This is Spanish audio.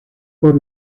por